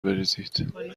بریزید